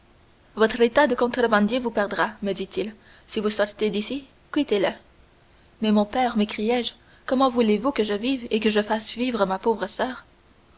votre état de contrebandier vous perdra me dit-il si vous sortez d'ici quittez le mais mon père demandai-je comment voulez-vous que je vive et que je fasse vivre ma pauvre soeur